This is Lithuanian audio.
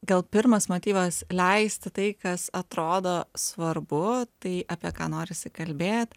gal pirmas motyvas leisti tai kas atrodo svarbu tai apie ką norisi kalbėt